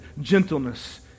gentleness